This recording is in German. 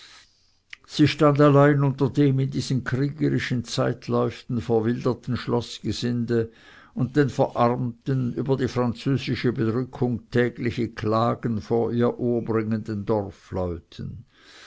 sie stand allein unter dem in diesen kriegerischen zeitläuften verwilderten schloßgesinde und den verarmten über die französische bedrückung tägliche klagen vor ihr ohr bringenden